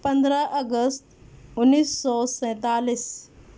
پندرہ اگست انیس سو سینتالیس